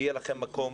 יהיה להם מקום